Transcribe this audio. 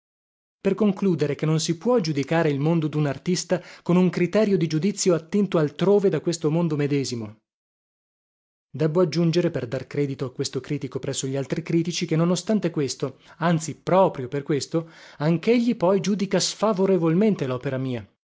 per concludere che non si può giudicare il mondo dun artista con un criterio di giudizio attinto altrove che da questo mondo medesimo debbo aggiungere per dar credito a questo critico presso gli altri critici che non ostante questo anzi proprio per questo anchegli poi giudica sfavorevolmente lopera mia